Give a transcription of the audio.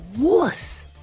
wuss